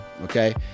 okay